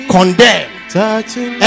Condemn